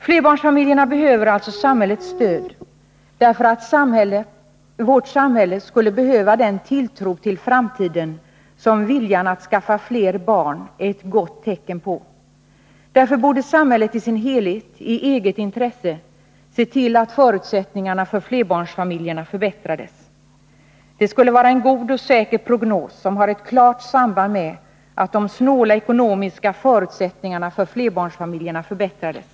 Flerbarnsfamiljerna behöver alltså samhällets stöd därför att vårt samhälle skulle behöva den tilltro till framtiden som viljan att skaffa fler barn är ett gott tecken på. Därför borde samhället i sin helhet, i eget intresse, se till att förutsättningarna för flerbarnsfamiljerna förbättrades. Det skulle vara en god och säker prognos, som har ett klart samband med att de snåla ekonomiska förutsättningarna för flerbarnsfamiljerna förbättrades.